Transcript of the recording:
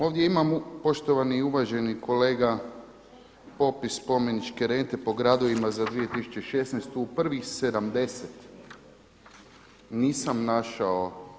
Ovdje imamo poštovani i uvaženi kolega popis spomeničke rente po gradovima za 2016., prvih 70, nisam našao.